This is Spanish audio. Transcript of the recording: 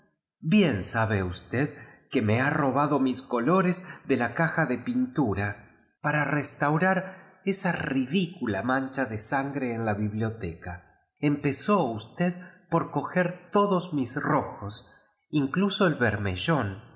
bien ahe usted que me ha robado mis colores de la caja de pintura para res el fantasma de cantervipe había tcomodado unte la ventana um ar esa ridicula mancha dé sangre en jn biblioteca em pesió usted por coger todos mis rujoaj incluso ej